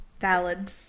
Valid